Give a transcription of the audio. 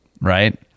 right